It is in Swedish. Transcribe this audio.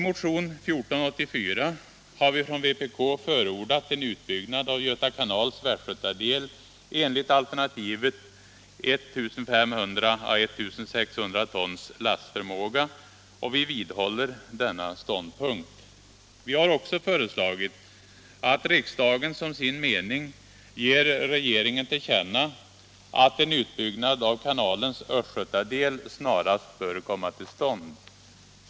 I motion 1484 har vi från vpk förordat en utbyggnad av Göta kanals västgötadel enligt alternativet 1 500 å 1 600 tons lastförmåga, och vi vidhåller denna ståndpunkt. Vi har också föreslagit att riksdagen som sin mening ger regeringen till känna att en utbyggnad av kanalens östgötadel snarast bör komma till stånd.